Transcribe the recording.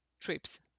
trips